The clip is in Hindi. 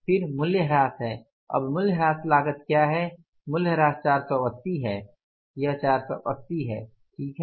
फिर मूल्यह्रास है अब मूल्यह्रास लागत क्या है मूल्यह्रास 480 480 है और यह 480 है ठीक है